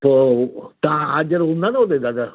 त तव्हां हाज़िर हुंदा न उते दादा